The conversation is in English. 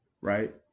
Right